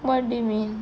what do you mean